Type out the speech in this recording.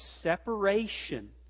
separation